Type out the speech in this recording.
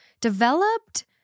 developed